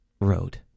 road